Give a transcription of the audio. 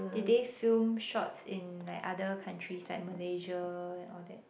did they film shots in like other countries like Malaysia and all that